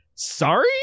sorry